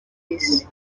isi